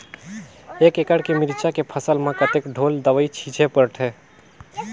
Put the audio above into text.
एक एकड़ के मिरचा के फसल म कतेक ढोल दवई छीचे पड़थे?